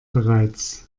bereits